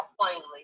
plainly